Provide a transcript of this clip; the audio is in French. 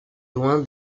loin